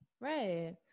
right